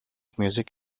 music